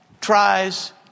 tries